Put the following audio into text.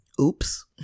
Oops